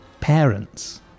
parents